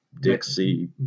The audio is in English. Dixie